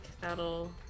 that'll